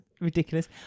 ridiculous